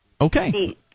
Okay